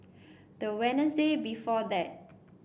the Wednesday before that